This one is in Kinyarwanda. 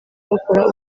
bakora